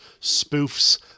spoofs